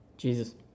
Jesus